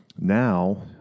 now